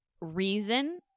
reason